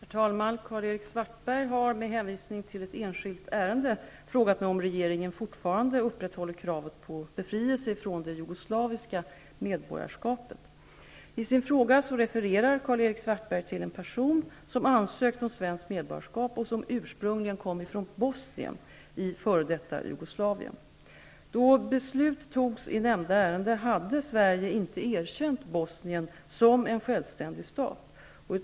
Herr talman! Karl-Erik Svartberg har -- med hänvisning till ett enskilt ärende -- frågat mig om regeringen fortfarande upprätthåller kravet på befrielse från det jugoslaviska medborgarskapet. I sin fråga refererar Karl-Erik Svartberg till en person som ansökt om svenskt medborgarskap och som ursprungligen kom från Bosnien i f.d. Sverige inte erkänt Bosnien som en självständig stat.